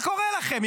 מה קורה לכם?